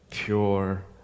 pure